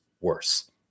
worse